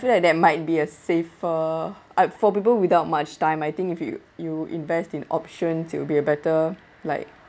feel like that might be a safer uh for people without much time I think if you you invest in options you'll be a better like